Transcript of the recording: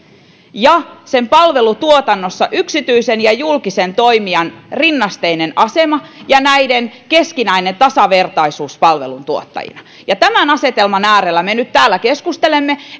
ja sen palvelutuotannossa yksityisen ja julkisen toimijan rinnasteinen asema ja näiden keskinäinen tasavertaisuus palveluntuottajina tämän asetelman äärellä me nyt täällä keskustelemme